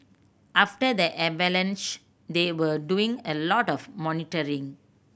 after the avalanche they were doing a lot of monitoring